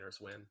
win